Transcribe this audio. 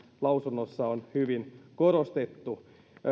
lausunnossa on hyvin korostettu